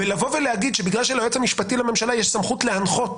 ולבוא ולהגיד שבגלל שליועץ המשפטי לממשלה יש סמכות להנחות,